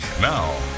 Now